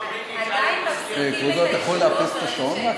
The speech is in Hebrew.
אתה יכול לאפס את השעון?